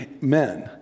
men